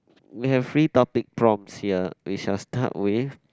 we have free topic prompts here we shall start with